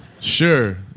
Sure